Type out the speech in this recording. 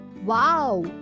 Wow